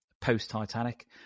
post-Titanic